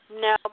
no